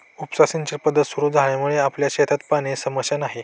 उपसा सिंचन पद्धत सुरु झाल्यामुळे आपल्या शेतात पाण्याची समस्या नाही